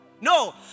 No